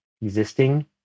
existing